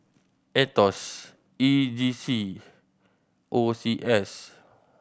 Aetos E G C O C S